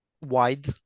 wide